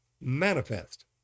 manifest